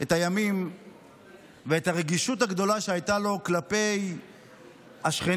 את הימים ואת הרגישות הגדולה שהייתה לו כלפי השכנים,